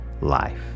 life